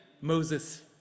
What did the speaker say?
Moses